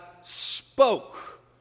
spoke